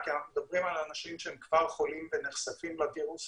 הן צריכות בכלל להגיע לוועדה